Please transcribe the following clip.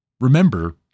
Remember